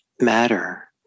matter